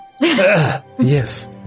Yes